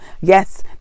Yes